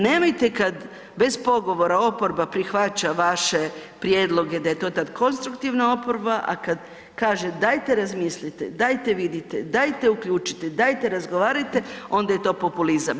Nemojte da kad bez pogovora oporba prihvaća vaše prijedloge da je to tad konstruktivna oporba, a kad kaže dajte razmislite, dajte vidite, dajte uključite, dajte razgovarajte onda je to populizam.